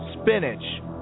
Spinach